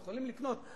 הם יכולים לקנות?